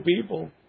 people